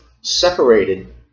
separated